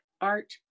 art